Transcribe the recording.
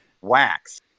Wax